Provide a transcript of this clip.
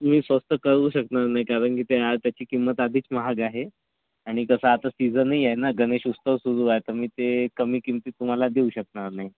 मी स्वस्त करू शकणार नाही कारण की त्या त्याची किंमत आधीच महाग आहे आणि कसं आता सिझनही आहे ना गणेश उत्सव सुरू आहे तर मी ते कमी किमतीत तुम्हाला देऊ शकणार नाही